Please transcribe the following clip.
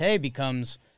becomes